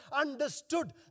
understood